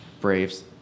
Braves